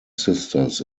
sisters